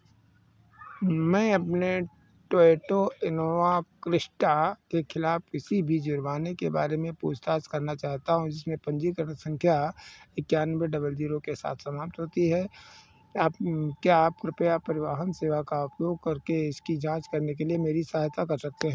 मैं अपने Toyota Innova Crysta के ख़िलाफ़ किसी भी जुर्माने के बारे में पूछताछ करना चाहता हूँ जिसमें पंजीकरण संख्या इक्यानवे डबल जीरो के साथ समाप्त होती है आप क्या आप कृपया परिवहन सेवा का उपयोग करके इसकी जाँच करने के लिए मेरी सहायता कर सकते हैं